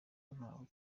ntaho